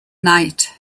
night